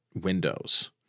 windows